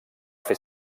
fer